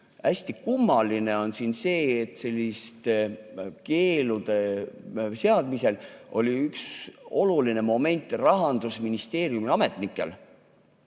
Hästi kummaline on siin see, et selliste keeldude seadmisel oli üks oluline moment Rahandusministeeriumi ametnikel,